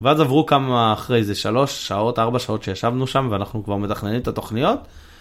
ואז עברו כמה אחרי זה 3 שעות 4 שעות שישבנו שם ואנחנו כבר מתכננים את התוכניות.